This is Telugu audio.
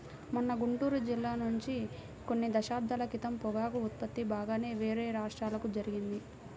మన గుంటూరు జిల్లా నుంచి కొన్ని దశాబ్దాల క్రితం పొగాకు ఉత్పత్తి బాగానే వేరే రాష్ట్రాలకు జరిగింది